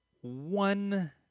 one